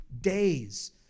days